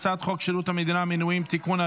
שירות המדינה (מינויים) (תיקון,